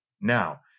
Now